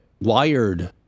wired